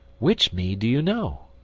which me do you know?